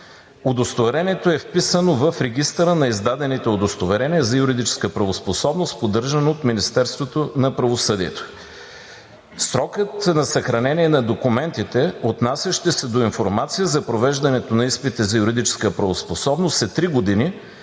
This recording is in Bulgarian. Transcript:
Удостоверението е вписано в Регистъра на издадените удостоверения за юридическа правоспособност, поддържан от Министерството на правосъдието. Срокът на съхранение на документи, отнасящи се до информация за провеждането на изпита за юридическа правоспособност, е три години,